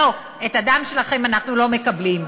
לא, את הדם שלכם אנחנו לא מקבלים?